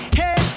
hey